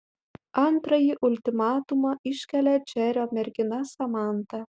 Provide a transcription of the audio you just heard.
antrąjį ultimatumą iškelia džerio mergina samanta